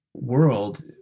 World